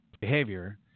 behavior